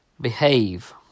behave